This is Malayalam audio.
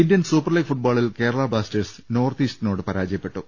ഇന്ത്യൻ സൂപ്പർ ലീഗ് ഫുട്ബോളിൽ കേരള ബ്ലാസ്റ്റേഴ്സ് നോർത്ത് ഈസ്റ്റിനോട് പരാജയപ്പെട്ടു